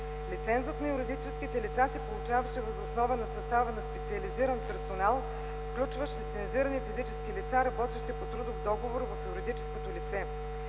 Лицензът на юридическите лица се получаваше въз основа на състава на специализиран персонал, включващ лицензирани физически лица, работещи по трудов договор в юридическото лице.